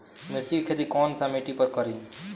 मिर्ची के खेती कौन सा मिट्टी पर करी?